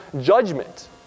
judgment